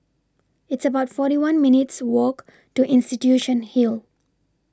It's about forty one minutes Walk to Institution Hill